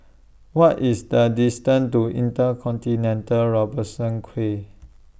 What IS The distance to InterContinental Robertson Quay